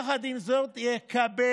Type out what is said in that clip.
יחד עם זאת, הוא יקבל